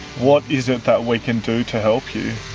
what is it that we can do to help you?